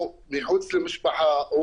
או מחוץ למשפחה,